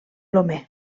lomé